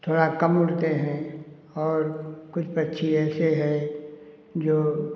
थोड़ा कम उड़ते हैं और कुछ पक्षी ऐसे हैं जो